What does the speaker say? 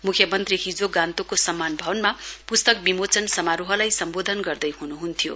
मुख्यमन्त्रीले हिजो गान्तोकको सम्मान भवनमा पुस्तक बिमोचन समारोहलाई सम्बोधन गर्दै हुनुहुन्थ्यो